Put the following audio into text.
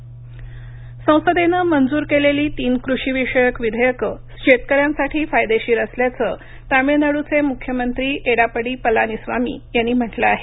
पलानीस्वामी संसदेनं मंजूर केलेली तीन कृषीविषयक विधेयकं शेतकऱ्यांसाठी फायदेशीर असल्याचं तामिळनाडूचे मुख्यमंत्री एडापडी पलानीस्वामी यांनी म्हटलं आहे